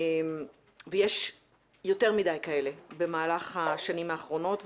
יש יותר מדי כאלה במהלך השנים האחרונות,